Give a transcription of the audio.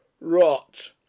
rot